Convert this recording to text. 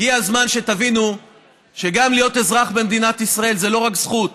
הגיע הזמן שתבינו שלהיות אזרח במדינת ישראל זו לא רק זכות,